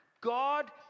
God